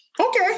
Okay